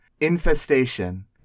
infestation